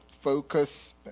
focus